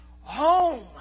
home